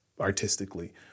artistically